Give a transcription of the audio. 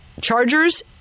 Chargers